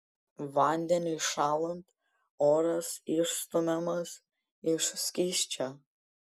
vandeniui šąlant oras išstumiamas iš skysčio